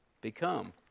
become